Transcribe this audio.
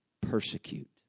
Persecute